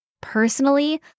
Personally